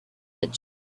edge